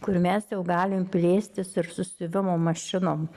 kur mes jau galim plėstis ir su siuvimo mašinom